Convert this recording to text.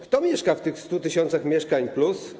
Kto mieszka w tych 100 tys. mieszkań+?